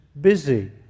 busy